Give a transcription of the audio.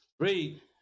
read